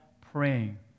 praying